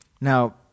Now